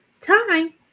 time